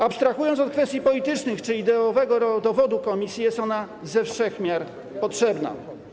Abstrahując od kwestii politycznych czy ideowego rodowodu komisji, jest ona ze wszech miar potrzebna.